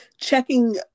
checking